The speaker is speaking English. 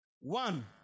One